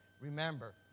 remember